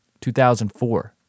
2004